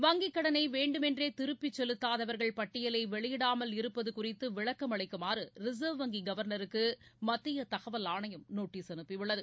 வங்கிக் கடனை வேண்டுமென்றே திருப்பிச் செலுத்தாதவர்கள் பட்டியலை வெளியிடாமல் இருப்பது குறித்து விளக்கம் அளிக்குமாறு ரிசர்வ் வங்கி கவர்னருக்கு மத்திய தகவல் ஆணையம் நோட்டீஸ் அனுப்பியுள்ளது